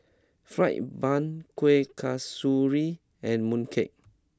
Fried Bun Kuih Kasturi and Mooncake